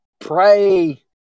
Pray